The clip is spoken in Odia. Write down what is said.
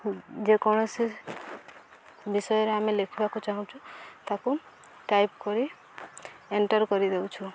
ଯେକୌଣସି ବିଷୟରେ ଆମେ ଲେଖିବାକୁ ଚାହୁଁଛୁ ତାକୁ ଟାଇପ୍ କରି ଏଣ୍ଟର୍ କରିଦେଉଛୁ